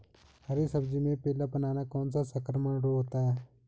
हरी सब्जी में पीलापन आना कौन सा संक्रमण होता है?